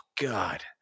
God